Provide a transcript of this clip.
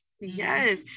Yes